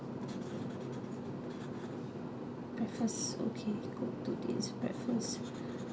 breakfast okay go to this breakfast